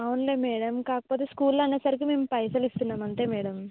అవునులే మేడం కాకపోతే స్కూల్లో అనే సరికి మేము పైసలు ఇస్తున్నాము అంతే మేడం